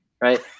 right